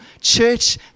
church